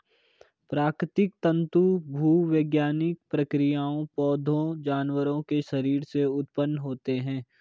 प्राकृतिक तंतु भूवैज्ञानिक प्रक्रियाओं, पौधों, जानवरों के शरीर से उत्पन्न होते हैं